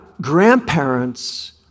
grandparents